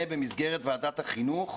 במסגרת ועדת החינוך,